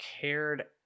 cared